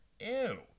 Ew